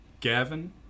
Gavin